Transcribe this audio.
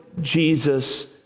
Jesus